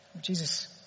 Jesus